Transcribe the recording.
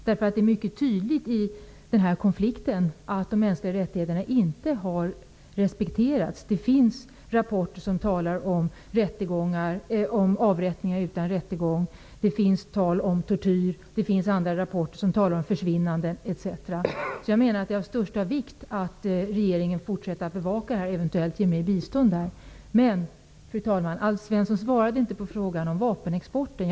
Det är mycket tydligt att de mänskliga rättigheterna inte har respekterats i denna konflikt. Det finns rapporter som talar om avrättningar utan rättegång. Det talas om tortyr. Det finns andra rapporter som talar om försvinnanden etc. Det är av största vikt att regeringen fortsätter att bevaka konflikten och eventuellt ger mer bistånd. Fru talman! Alf Svensson svarade inte på frågan om vapenexporten.